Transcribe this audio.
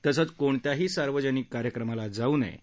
तसंच कोणत्याही सार्वजनिक कार्यक्रमाला जाऊ नये